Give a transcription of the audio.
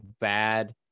bad